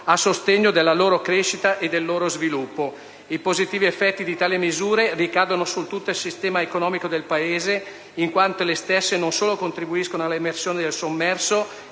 a sostegno della loro crescita e del loro sviluppo. I positivi effetti di tali misure ricadono su tutto il sistema economico del Paese in quanto le stesse non solo contribuiscono all'emersione del sommerso